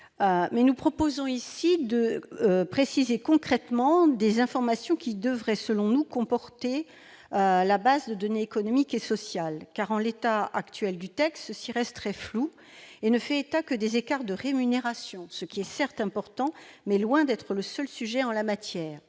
Nous proposons ici de préciser concrètement les informations que devrait, selon nous, comporter la base de données économiques et sociales. En effet, en l'état actuel du texte, cela reste très flou, puisqu'il n'est fait état que des écarts de rémunération, ce qui est certes important, mais loin d'être le seul sujet en la matière.